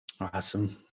Awesome